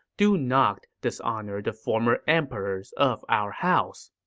do not dishonor the former emperors of our house.